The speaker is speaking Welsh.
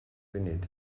funud